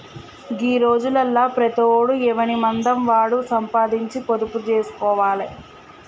గీ రోజులల్ల ప్రతోడు ఎవనిమందం వాడు సంపాదించి పొదుపు జేస్కోవాలె